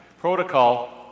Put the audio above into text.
protocol